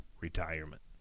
retirement